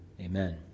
Amen